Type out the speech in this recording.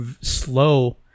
slow